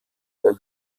der